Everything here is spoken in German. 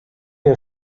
der